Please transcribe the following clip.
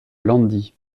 landi